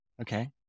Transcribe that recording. okay